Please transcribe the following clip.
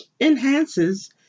enhances